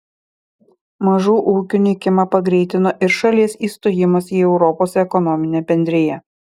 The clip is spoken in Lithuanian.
mažų ūkių nykimą pagreitino ir šalies įstojimas į europos ekonominę bendriją